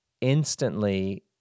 instantly